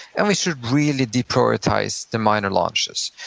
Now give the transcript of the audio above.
and we should really deprioritize the minor launches.